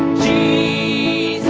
t